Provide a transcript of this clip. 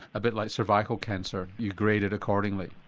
a bit like cervical cancer, you grade it accordingly?